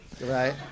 Right